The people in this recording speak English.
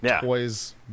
toys